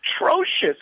atrocious